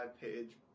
page